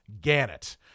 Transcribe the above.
Gannett